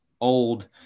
old